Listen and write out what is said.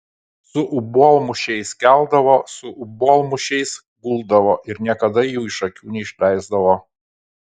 su obuolmušiais keldavo su obuolmušiais guldavo ir niekada jų iš akių neišleisdavo